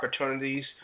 opportunities